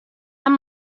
amb